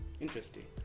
interesting